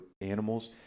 animals